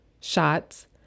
shots